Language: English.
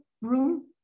room